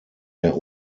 der